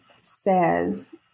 says